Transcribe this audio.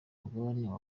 mugabane